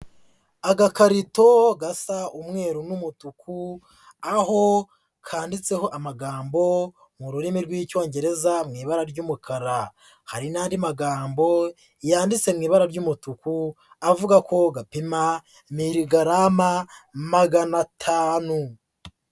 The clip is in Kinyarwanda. Agakarito gasa umweru n'umutuku aho kanditseho amagambo mu rurimi rw'Icyongereza mu ibara ry'umukara, hari n'andi magambo yanditse mu ibara ry'umutuku avuga ko gapima miri garama magana atanu.